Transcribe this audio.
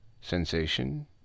sensation